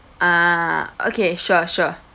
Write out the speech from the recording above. ah okay sure sure